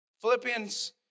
Philippians